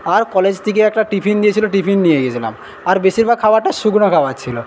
আর college থেকে একটা tiffin দিয়েছিল টিফিন নিয়ে গিয়েছিলাম আর বেশিরভাগ খাবারটা শুকনো খাবার ছিল